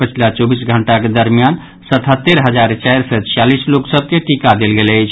पछिला चौबीस घंटाक दरमियान सतहत्तरि हजार चारि सय छियालीस लोक सभ के टीका देल गेल अछि